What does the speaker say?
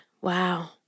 Wow